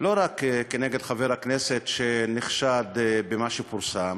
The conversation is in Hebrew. לא רק כנגד חבר הכנסת שנחשד במה שפורסם,